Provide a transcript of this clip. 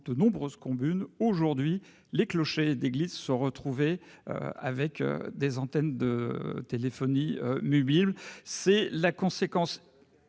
de nombreuses combines aujourd'hui les clochers d'église se retrouver avec des antennes de téléphonie mobile, c'est la conséquence